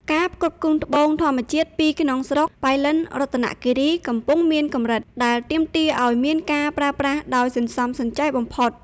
ការផ្គត់ផ្គង់ត្បូងធម្មជាតិពីក្នុងស្រុក (ប៉ៃលិន រតនគិរី) កំពុងមានកម្រិត ដែលទាមទារឱ្យមានការប្រើប្រាស់ដោយសន្សំសំចៃបំផុត។